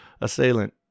assailant